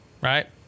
right